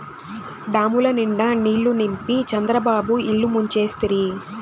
డాముల నిండా నీళ్ళు నింపి చంద్రబాబు ఇల్లు ముంచేస్తిరి